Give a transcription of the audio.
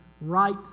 right